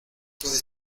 puede